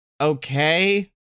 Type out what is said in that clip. okay